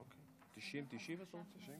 90-90 אתה רוצה?